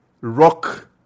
rock